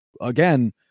again